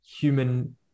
human